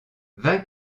vingt